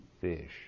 fish